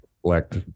collect